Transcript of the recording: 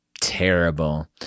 Terrible